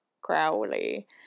Crowley